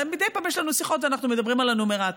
מדי פעם יש לנו שיחות ואנחנו מדברים על הנומרטור.